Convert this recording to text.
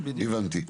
הבנתי.